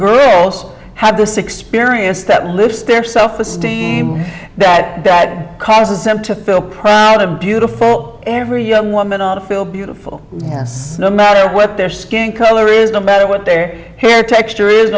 girls have this experience that lifts their self esteem that bad causes them to feel proud of beautiful every young woman ought to feel beautiful no matter what their skin color is no matter what their hair texture is